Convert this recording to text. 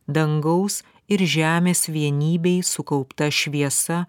dangaus ir žemės vienybėj sukaupta šviesa